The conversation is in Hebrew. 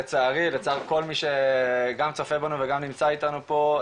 לצערי לצער כל מי גם שצופה בנו וגם נמצא איתנו פה,